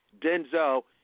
Denzel